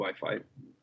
Wi-Fi